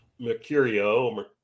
Mercurio